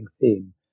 theme